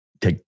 take